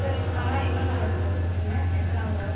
sir இப்போ பண்ணால் எவ்வளோ நாளில் சார் கொடுப்பிங்க எத்தனை நாளில் வரும்